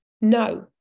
No